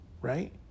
right